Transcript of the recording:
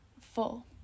full